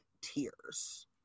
tears